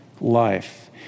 life